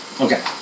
Okay